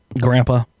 Grandpa